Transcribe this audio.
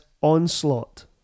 onslaught